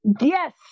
yes